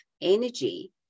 energy